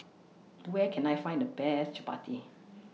Where Can I Find The Best Chapati